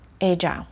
agile